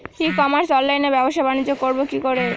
ই commerce অনলাইনে ব্যবসা বানিজ্য করব কি করে?